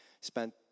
spent